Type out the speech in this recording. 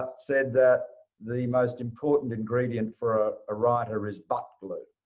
said that the most important ingredient for a writer is butt glue,